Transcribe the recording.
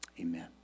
amen